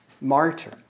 martyr